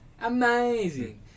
Amazing